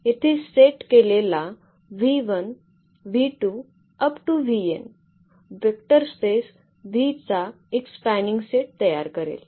येथे सेट केलेला vector space V चा एक स्पॅनिंग सेट तयार करेल